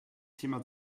thema